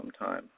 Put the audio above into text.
sometime